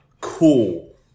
Cool